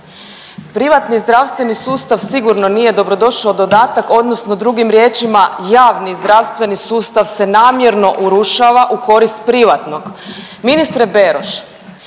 Privatni zdravstveni sustav sigurno nije dobrodošao dodatak odnosno drugim riječima javni zdravstveni sustav se namjerno urušava u korist privatnog. Ministre Beroš,